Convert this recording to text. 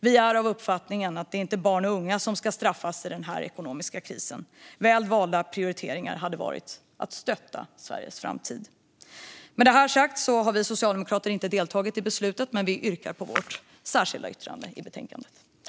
Vi är av uppfattningen att barn och unga inte ska straffas i den ekonomiska krisen. Väl valda prioriteringar hade varit att stötta Sveriges framtid. Socialdemokraterna deltar inte i beslutet, men jag hänvisar till vårt särskilda yttrande i betänkandet.